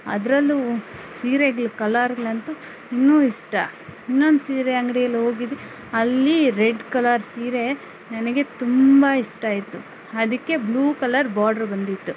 ಅದ್ರಲ್ಲೂ ಸೀರೆಗಳ ಕಲರ್ಗುಳಂತು ಇನ್ನೂ ಇಷ್ಟ ಇನ್ನೊಂದು ಸೀರೆ ಅಂಗಡಿಯಲ್ಲಿ ಹೋಗಿದ್ದೆ ಅಲ್ಲಿ ರೆಡ್ಡ್ ಕಲರ್ ಸೀರೆ ನನಗೆ ತುಂಬಾ ಇಷ್ಟ ಆಯಿತು ಅದಕ್ಕೆ ಬ್ಲೂ ಕಲರ್ ಬಾಡ್ರು ಬಂದಿತ್ತು